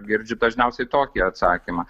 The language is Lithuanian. girdžiu dažniausiai tokį atsakymą